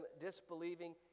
disbelieving